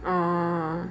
orh